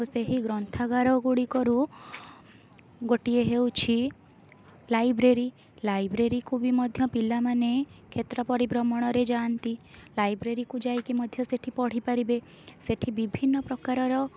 ଓ ସେହି ଗ୍ରନ୍ଥାଗାର ଗୁଡ଼ିକ ରୁ ଗୋଟିଏ ହେଉଛି ଲାଇବ୍ରାରୀ ଲାଇବ୍ରାରୀକୁ ବି ମଧ୍ୟ ପିଲାମାନେ କ୍ଷେତ୍ର ପରିଭ୍ରମଣରେ ଯାଆନ୍ତି ଲାଇବ୍ରାରୀକୁ ଯାଇକି ମଧ୍ୟ ସେଇଠି ପଢ଼ିପାରିବେ ସେଇଠି ବିଭିନ୍ନ ପ୍ରକାରର